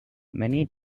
many